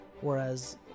Whereas